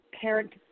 parent